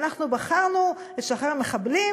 ואנחנו בחרנו לשחרר מחבלים,